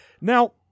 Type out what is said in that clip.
Now